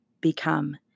become